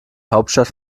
hauptstadt